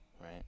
right